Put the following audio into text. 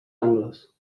angles